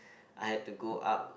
I had to go up